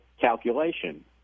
calculation